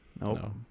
No